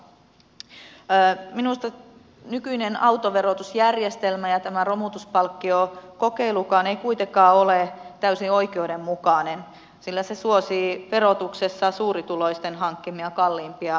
minusta nykyinen autoverotusjärjestelmä ja tämä romutuspalkkiokokeilukaan ei kuitenkaan ole täysin oikeudenmukainen sillä se suosii verotuksessa suurituloisten hankkimia kalliimpia autoja